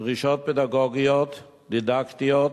דרישות פדגוגיות, דידקטיות,